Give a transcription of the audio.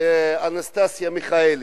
אנסטסיה מיכאלי,